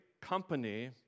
company